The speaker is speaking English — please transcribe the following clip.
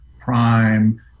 Prime